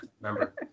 remember